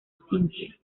simple